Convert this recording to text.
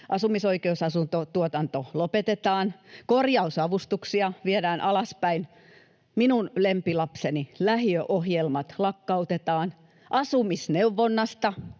asumisoikeusasuntotuotanto lopetetaan, korjausavustuksia viedään alaspäin, minun lempilapseni lähiöohjelmat lakkautetaan, asumisneuvonnasta